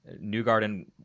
Newgarden